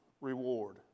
reward